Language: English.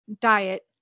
diet